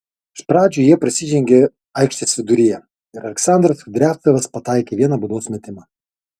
iš pradžių jie prasižengė aikštės viduryje ir aleksandras kudriavcevas pataikė vieną baudos metimą